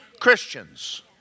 Christians